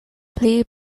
pli